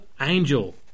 Angel